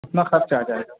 کتنا خرچ آ جائے گا